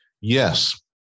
Yes